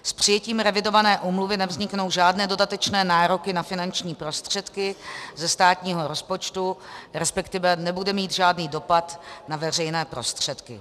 S přijetím revidované úmluvy nevzniknou žádné dodatečné nároky na finanční prostředky ze státního rozpočtu, resp. nebude mít žádný dopad na veřejné prostředky.